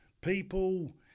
people